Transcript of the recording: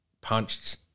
punched